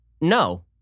No